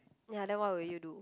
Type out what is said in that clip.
ya then what will you do